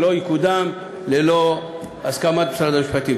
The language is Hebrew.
והוא לא יקודם ללא הסכמת משרד המשפטים.